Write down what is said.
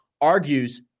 argues